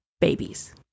babies